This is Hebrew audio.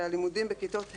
שהלימודים בכיתות ה'